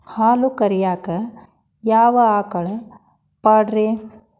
ಹಾಲು ಕರಿಯಾಕ ಯಾವ ಆಕಳ ಪಾಡ್ರೇ?